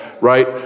right